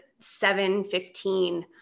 715